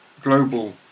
global